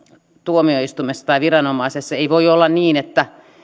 tuomioistuimessa tai viranomaisessa ei voi olla niin että